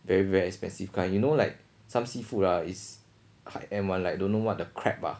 very very expensive kind you know like some seafood ah is high end one like don't know what the crab ah